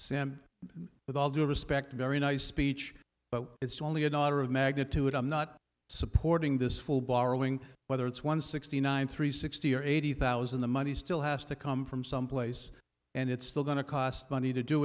sam with all due respect a very nice speech but it's only a daughter of magnitude i'm not supporting this full borrowing whether it's one sixty nine three sixty or eighty thousand the money still has to come from someplace and it's still going to cost money to do